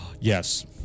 Yes